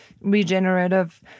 regenerative